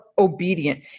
obedient